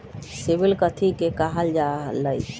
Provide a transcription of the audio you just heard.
CIBIL कथि के काहल जा लई?